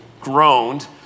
groaned